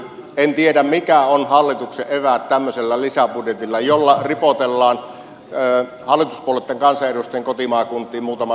en tiedä mitkä ovat hallituksen eväät tämmöisellä lisäbudjetilla jolla ripotellaan hallituspuolueitten kansanedustajien kotimaakuntiin muutama liikennehanke ja se on siinä